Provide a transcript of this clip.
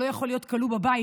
שלא יכול להיות כלוא בבית,